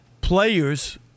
players –